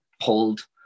pulled